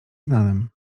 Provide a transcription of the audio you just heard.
znanym